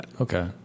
Okay